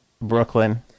Brooklyn